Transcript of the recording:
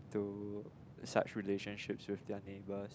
to such relationships with their neighbours